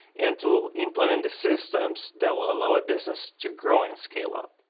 and to implement the systems that will allow a business to grow and scale up.